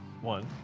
one